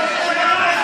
נא לשבת.